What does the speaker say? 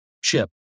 ship